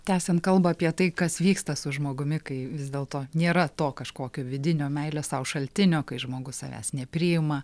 tęsiant kalbą apie tai kas vyksta su žmogumi kai vis dėl to nėra to kažkokio vidinio meilės sau šaltinio kai žmogus savęs nepriima